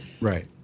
right